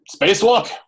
spacewalk